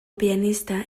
pianista